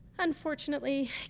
unfortunately